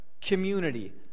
community